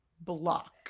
block